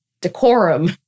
decorum